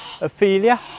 Ophelia